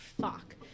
fuck